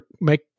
make